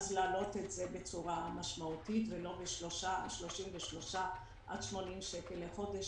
ואם יש צורך - להעלות בצורה משמעותית ולא ב-33 שקלים עד 80 שקלים לחודש,